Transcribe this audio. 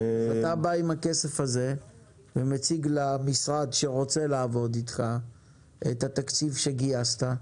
כשאתה בא עם הכסף הזה ומציג למשרד שרוצה לעבוד איתך את התקציב שגייסת,